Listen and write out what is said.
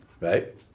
right